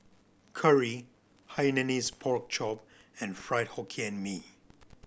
curry Hainanese Pork Chop and Fried Hokkien Mee